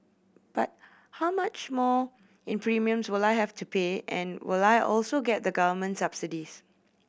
but how much more in premiums will I have to pay and will I also get the government subsidies